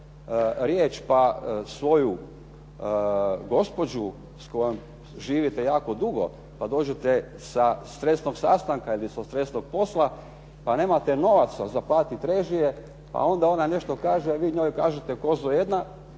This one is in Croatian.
riječ pa svoju gospođu s kojom živite jako dugo, pa dođete sa stresnog sastanka ili sa stresnog posla, pa nemate novaca za platiti režije, pa onda ona nešto kaže a vi njoj kažete kozo jedna.